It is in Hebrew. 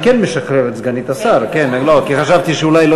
משחרר את סגנית השר כי חשבתי שאולי לא